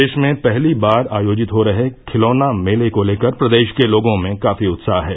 देश में पहली बार आयोजित हो रहे खिलौना मेले को लेकर प्रदेश के लोगों में काफी उत्साह है